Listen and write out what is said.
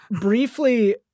briefly